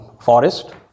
forest